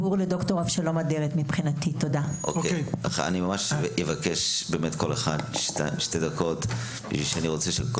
אני ממש מבקש שכל אחד ידבר שתי דקות כי אני רוצה שכל